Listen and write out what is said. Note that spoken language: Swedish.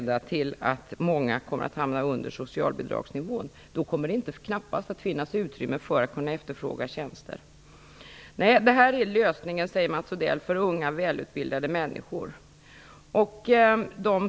Då kommer det knappast att finnas utrymme för att kunna efterfråga tjänster. Det här är lösningen för unga välutbildade människor, säger Mats Odell.